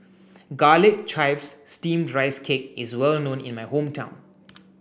garlic chives steamed rice cake is well known in my hometown